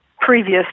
previous